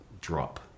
drop